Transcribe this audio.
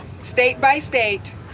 state-by-state